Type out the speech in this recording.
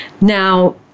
Now